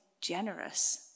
generous